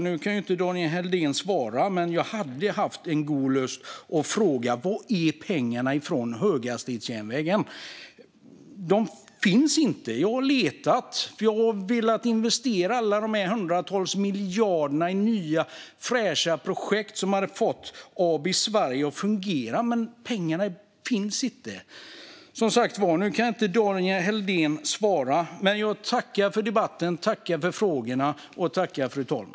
Nu kan inte Daniel Helldén svara, men annars hade jag haft god lust att fråga honom var pengarna från höghastighetsjärnvägen är. De finns inte. Jag har letat, för jag hade velat investera alla dessa hundratals miljarder i nya, fräscha projekt som hade fått AB Sverige att fungera. Men pengarna finns inte. Nu kan som sagt inte Daniel Helldén svara, men jag tackar för debatten och för frågorna.